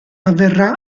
avverrà